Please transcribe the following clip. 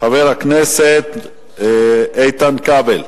חבר הכנסת איתן כבל,